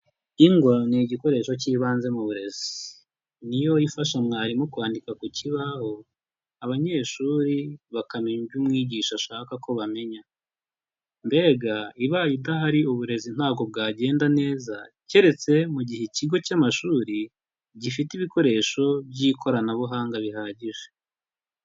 Ingwa ni igikoresho cy'ibanze mu burezi. Ni yo ifasha mwarimu kwandika ku kibaho, abanyeshuri bakamenya ibyo umwigisha ashaka ko bamenya. Mbega ibaye idahari uburezi ntabwo bwagenda neza, keretse mu gihe ikigo cy'amashuri gifite ibikoresho by'ikoranabuhanga bihagije.